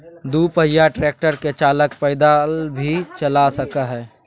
दू पहिया ट्रेक्टर के चालक पैदल भी चला सक हई